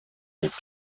les